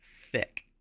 thick